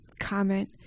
comment